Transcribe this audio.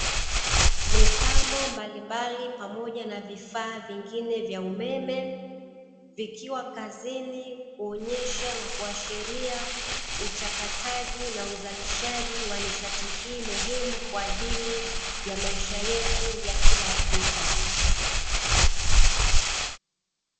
Mitambo mbalimbali pamoja na vifaa vingine vya umeme, vikiwa kazini na kuonyesha kuashiria uchakataji na uzalishaji wa nishati hii muhimu. Kwa ajili ya maisha yetu ya kila siku.